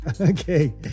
Okay